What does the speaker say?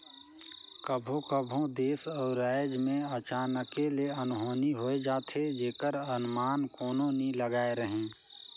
कभों कभों देस अउ राएज में अचानके ले अनहोनी होए जाथे जेकर अनमान कोनो नी लगाए रहें